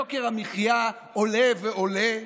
יוקר המחיה עולה ועולה,